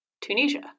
Tunisia